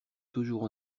toujours